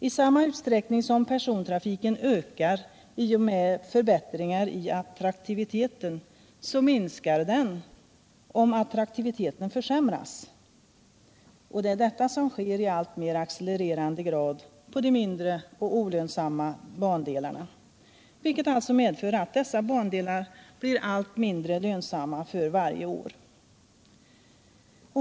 I samma utsträckning som persontrafiken ökar i och med förbättringar i attraktiviteten, så minskar den om attraktiviteten försämras. Och det är detta som sker i alltmer accelererande grad på de mindre och olönsamma bandelarna, vilket alltså medför att dessa bandelar blir allt mindre lönsamma för varje år.